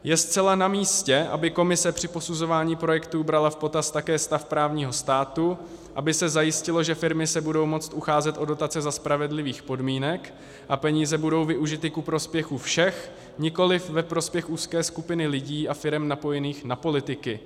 Je zcela namístě, aby Komise při posuzování projektů brala v potaz také stav právního státu, aby se zajistilo, že firmy se budou moct ucházet o dotace za spravedlivých podmínek a peníze budou využity ku prospěchu všech, nikoli ve prospěch úzké skupiny lidí a firem napojených na politiky.